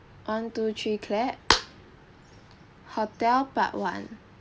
one two three clap hotel part one